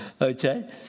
Okay